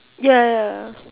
ya ya